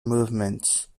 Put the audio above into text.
movements